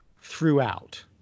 throughout